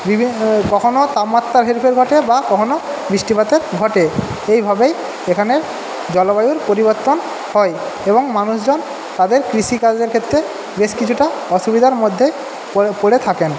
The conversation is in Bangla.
কখনো তাপমাত্রার হেরফের ঘটে বা কখনো বৃষ্টিপাতের ঘটে এইভাবেই এখানে জলবায়ুর পরিবর্তন হয় এবং মানুষজন তাদের কৃষিকাজের ক্ষেত্রে বেশ কিছুটা অসুবিধার মধ্যে পড়ে থাকেন